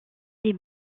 des